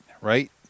right